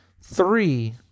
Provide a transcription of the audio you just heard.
Three